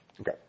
Okay